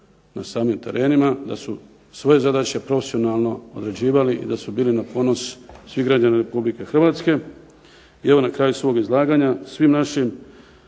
na samim terenima da su svoje zadaće profesionalno odrađivali i da su bili na ponos svih građana RH. I evo na kraju svog izlaganja svim našim